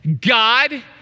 God